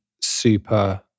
super